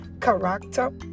character